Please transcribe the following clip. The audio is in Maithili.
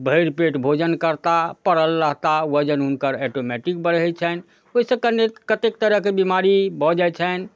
भरि पेट भोजन करता पड़ल रहता वजन हुनकर ऑटोमैटिक बढ़य छनि ओइसँ कनेक कतेक तरहके बीमारी भऽ जाइ छनि